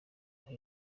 aho